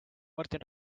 martin